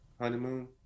honeymoon